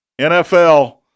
NFL